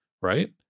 right